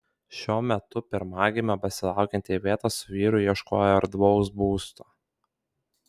šiuo metu pirmagimio besilaukianti iveta su vyru ieškojo erdvaus būsto